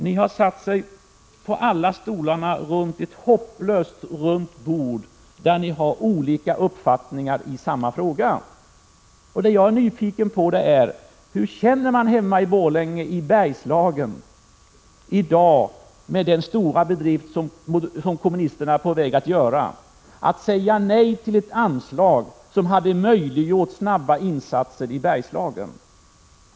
Ni har satt er på alla stolarna kring ett hopplöst runt bord, där ni har olika uppfattningar i samma fråga. Jag är nyfiken på hur man känner det i dag hemma i Borlänge, i Bergslagen, inför den stora bedrift som kommunisterna är på väg att göra — att säga nej till ett anslag som hade möjliggjort snabba insatser i Bergslagen.